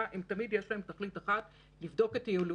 זה נכתב במפורש.